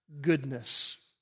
goodness